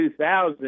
2000